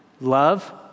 Love